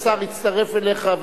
השר יצטרף אליך.